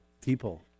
people